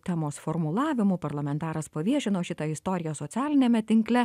temos formulavimu parlamentaras paviešino šitą istoriją socialiniame tinkle